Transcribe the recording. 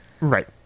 Right